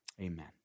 Amen